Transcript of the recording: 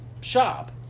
shop